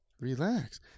Relax